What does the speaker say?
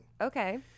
Okay